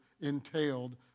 entailed